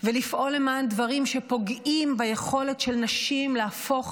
ולפעול למען דברים שפוגעים ביכולת של נשים להפוך